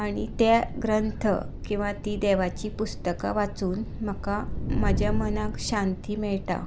आनी ते ग्रंथ किंवा देवाची पुस्तकां वाचून म्हाका म्हज्या मनाक शांती मेळटा